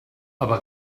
aber